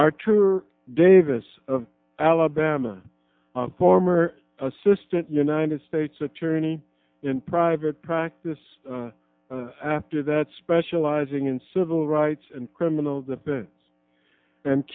artur davis of alabama former assistant united states attorney in private practice after that specializing in civil rights and criminal defense and